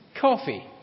Coffee